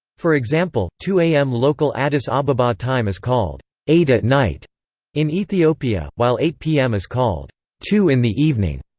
for example, two am local addis ababa time is called eight at night in ethiopia, while eight pm is called two in the evening.